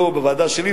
לא בוועדה שלי,